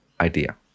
idea